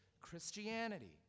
Christianity